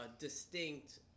distinct